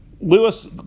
Lewis